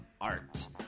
art